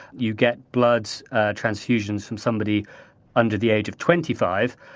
you get blood transfusions from somebody under the age of twenty five.